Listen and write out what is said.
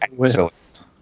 excellent